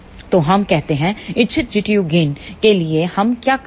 तो हम कहते हैं इच्छित Gtu गेन के लिए हम क्या करते हैं